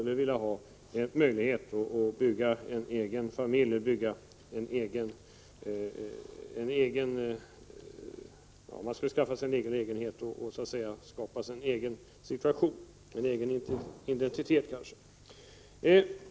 De vill ha möjlighet att bilda familj och flytta in i en egen lägenhet.